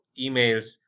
emails